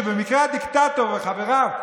שבמקרה הדיקטטור וחבריו,